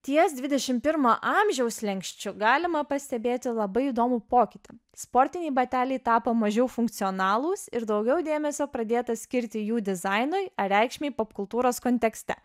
ties dvidešim pirmo amžiaus slenksčiu galima pastebėti labai įdomų pokytį sportiniai bateliai tapo mažiau funkcionalūs ir daugiau dėmesio pradėta skirti jų dizainui ar reikšmei popkultūros kontekste